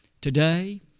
Today